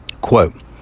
Quote